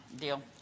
deal